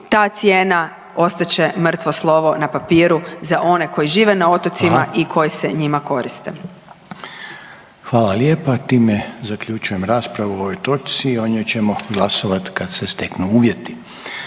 ta cijena ostat će mrtvo slovo na papiru za one koji žive na otocima i koji se njima koriste. **Reiner, Željko (HDZ)** Hvala lijepa. Time zaključujem raspravu o ovoj točci i o njoj ćemo glasovat kad se steknu uvjeti.